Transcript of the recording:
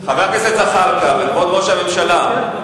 הכנסת זחאלקה וכבוד ראש הממשלה,